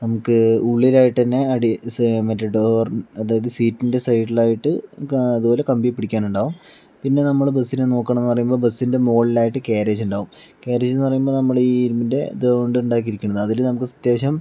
നമുക്ക് ഉള്ളിലായിട്ട് തന്നെ അടി സേ മറ്റേ ഡോർ അതായത് സീറ്റിൻ്റെ സൈഡിലായിട്ട് അതുപോലെ കമ്പി പിടിക്കാൻ ഉണ്ടാകും പിന്നെ നമ്മള് ബസിൽ നോക്കണെന്ന് പറയുമ്പോൾ ബസിൻ്റെ മുകളിലായിട്ട് ക്യാരേയേജ് ഉണ്ടാകും ക്യാരേജ് എന്ന് പറയുമ്പോൾ നമ്മൾ ഈ ഇരുമ്പിൻ്റെ ഇത് കൊണ്ട് ഉണ്ടാക്കിയിരിക്കുന്നത് അതിൽ നമുക്ക് അത്യാവശം